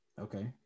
Okay